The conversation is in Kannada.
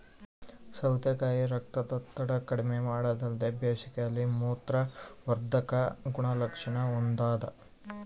ಸೌತೆಕಾಯಿ ರಕ್ತದೊತ್ತಡ ಕಡಿಮೆಮಾಡೊದಲ್ದೆ ಬೇಸಿಗೆಯಲ್ಲಿ ಮೂತ್ರವರ್ಧಕ ಗುಣಲಕ್ಷಣ ಹೊಂದಾದ